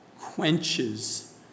quenches